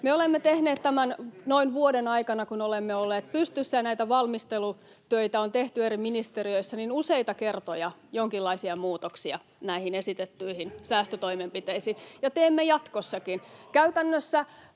Tämän noin vuoden aikana, kun olemme olleet pystyssä ja näitä valmistelutöitä on tehty eri ministeriöissä, me olemme tehneet useita kertoja jonkinlaisia muutoksia näihin esitettyihin säästötoimenpiteisiin, ja teemme jatkossakin. [Ben